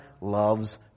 loves